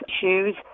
shoes